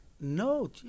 No